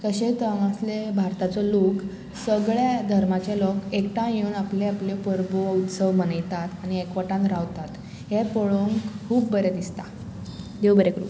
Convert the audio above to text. तशें तसले भारताचो लोक सगळ्या धर्माचे लोक एकठांय येवन आपले आपले परबो उत्सव मनयतात आनी एकवटान रावतात हें पळोवंक खूब बरें दिसता देव बरें करूं